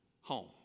home